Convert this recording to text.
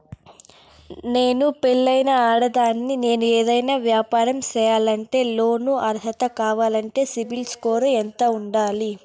నేను పెళ్ళైన ఆడదాన్ని, నేను ఏదైనా వ్యాపారం సేయాలంటే లోను అర్హత కావాలంటే సిబిల్ స్కోరు ఎంత ఉండాలి?